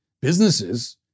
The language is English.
businesses